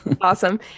Awesome